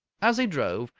as he drove,